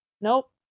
Nope